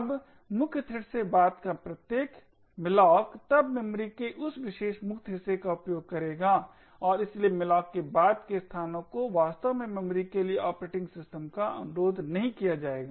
अब मुख्य थ्रेड से बाद का प्रत्येक malloc तब मेमोरी के उस विशेष मुक्त हिस्से का उपयोग करेगा और इसलिए malloc के बाद के स्थानों को वास्तव में मेमोरी के लिए ऑपरेटिंग सिस्टम का अनुरोध नहीं किया जाएगा